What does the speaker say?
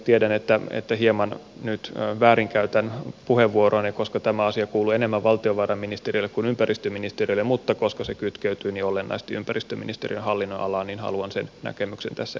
tiedän että hieman nyt käytän väärin puheenvuoroani koska tämä asia kuuluu enemmän valtiovarainministeriölle kuin ympäristöministeriölle mutta koska se kytkeytyy niin olennaisesti ympäristöministeriön hallinnonalaan niin haluan sen näkemyksen tässä